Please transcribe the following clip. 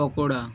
pakora